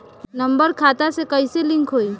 Number खाता से कईसे लिंक होई?